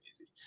easy